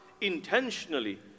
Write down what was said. intentionally